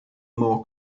more